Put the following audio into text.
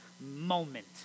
moment